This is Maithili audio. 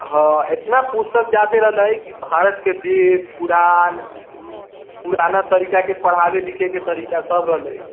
हँ एतना पुस्तक जादे रहलै की भारत के वेद पुराण पुराना तरीका के पढ़ाबे लिखे के तरीका सब रहलै